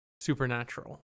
supernatural